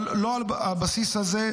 אבל לא על הבסיס הזה.